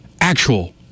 Actual